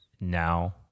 now